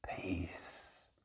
peace